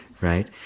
right